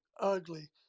ugly